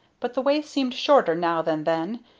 but the way seemed shorter now than then,